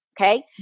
Okay